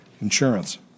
insurance